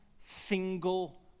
single